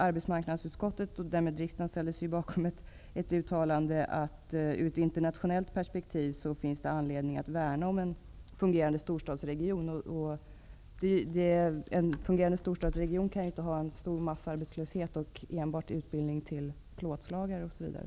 Arbetsmarknadsutskottet och därmed riksdagen ställer sig ju bakom uttalandet att det i det internationella perspektivet finns anledning att värna om en fungerande storstadsregion. En fungerande storstadsregionen kan inte ha en massarbetslöshet, med enbart utbildning till exempelvis plåtslagare.